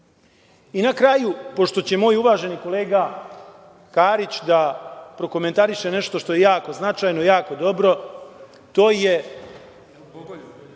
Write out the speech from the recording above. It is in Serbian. kraju, pošto će moj uvaženi kolega Karić da prokomentariše nešto što je jako značajno, jako dobro, to je